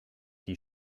die